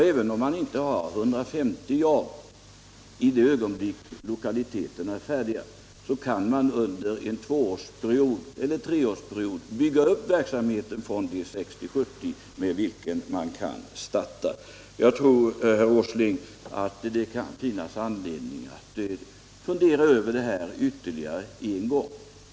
Även om man inte har 150 jobb i det ögonblick de nya lokaliteterna är färdiga, kan man under en tvåeller treårsperiod bygga ut verksamheten från de 60-70 jobb med vilka man kan starta. Jag tror, herr Åsling, att det kan finnas anledning att fundera över detta ännu en gång.